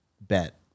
bet